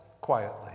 quietly